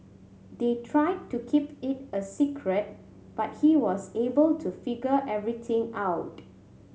they tried to keep it a secret but he was able to figure everything out